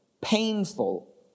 painful